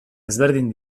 ezberdin